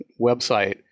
website